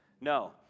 No